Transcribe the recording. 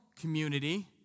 community